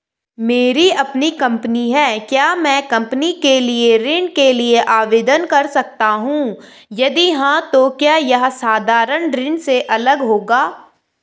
मेरी अपनी कंपनी है क्या मैं कंपनी के लिए ऋण के लिए आवेदन कर सकता हूँ यदि हाँ तो क्या यह साधारण ऋण से अलग होगा?